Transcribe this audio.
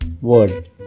word